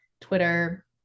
Twitter